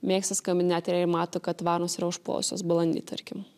mėgsta skambint net ir jei mato kad varnos yra užpuolusios balandį tarkim